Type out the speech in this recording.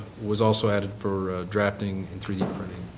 was also added for drafting in three d printing.